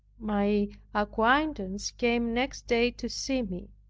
my acquaintance came next day to see me.